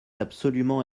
absolument